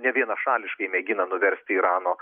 nevienašališkai mėgina nuversti irano